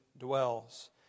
dwells